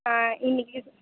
ஆ இன்னக்கு இருக்கு